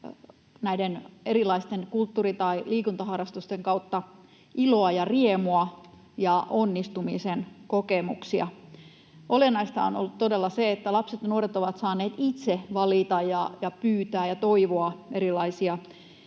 erilaisten kulttuuri- tai liikuntaharrastusten kautta, iloa ja riemua ja onnistumisen kokemuksia. Olennaista on ollut todella se, että lapset ja nuoret ovat saaneet itse valita ja pyytää ja toivoa erilaisia